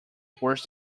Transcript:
worse